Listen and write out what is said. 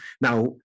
now